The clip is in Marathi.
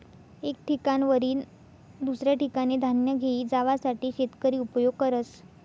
एक ठिकाणवरीन दुसऱ्या ठिकाने धान्य घेई जावासाठे शेतकरी उपयोग करस